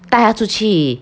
带它都去